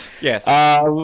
Yes